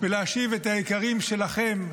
ולהשיב הביתה את היקרים שלכם,